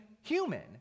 human